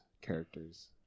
characters